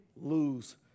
lose